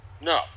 No